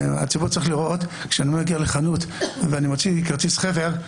הציבור צריך לראות כשאני מגיע לחנות ואני מוציא כרטיס חבר,